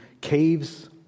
caves